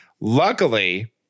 Luckily